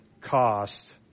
cost